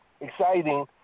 exciting